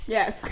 Yes